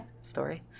story